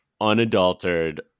unadulterated